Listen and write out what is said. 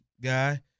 guy